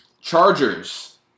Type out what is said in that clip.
Chargers